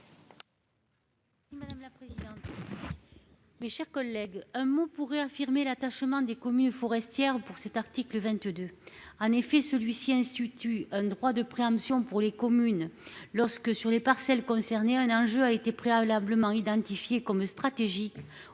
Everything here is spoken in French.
parole. Madame la présidente. Mes chers collègues. Un mot pour réaffirmer l'attachement des communes forestières pour cet article 22. En effet celui-ci institut un droit de préemption pour les communes lorsque sur les parcelles concernées, un, un jeu a été préalablement identifiés comme stratégique au regard